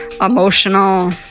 emotional